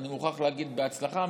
אני מוכרח להגיד שבהצלחה,